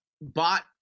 bought